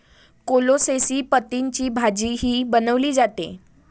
कोलोसेसी पतींची भाजीही बनवली जाते